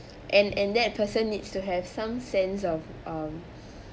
and and that person needs to have some sense of um